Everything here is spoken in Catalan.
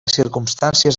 circumstàncies